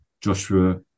Joshua